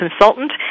consultant